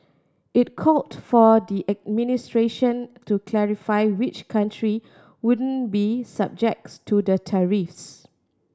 it called for the administration to clarify which country won't be subjects to the tariffs